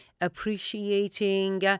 appreciating